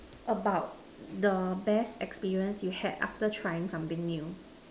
about the best experience you had after trying something new